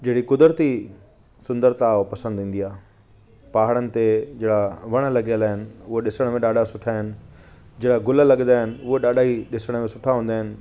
जहिड़ी कुदरती सुंदरता पसंदि ईंदी आहे पहाड़नि ते जहिड़ा वण लॻियल आहिनि उहे ॾिसण में ॾाढा सुठा आहिनि जीअं गुल लॻंदा आहिनि उहे ॾाढा ई ॾिसण में सुठा हूंदा आहिनि